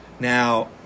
Now